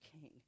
king